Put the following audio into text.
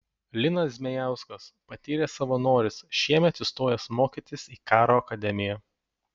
linas zmejauskas patyręs savanoris šiemet įstojęs mokytis į karo akademiją